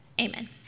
amen